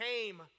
came